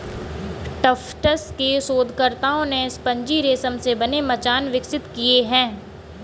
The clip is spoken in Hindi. टफ्ट्स के शोधकर्ताओं ने स्पंजी रेशम से बने मचान विकसित किए हैं